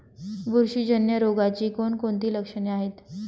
बुरशीजन्य रोगाची कोणकोणती लक्षणे आहेत?